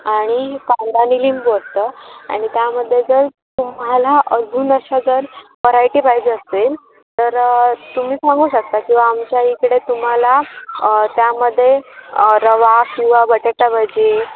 आणि कांदा आणि लिंबू असतं आणि त्यामध्ये जर तुम्हाला अजून अशा जर वरायटी पाहिजे असेल तर तुम्ही सांगू शकता किंवा आमच्या इकडे तुम्हाला त्यामध्ये रवा किंवा बटाटा भजी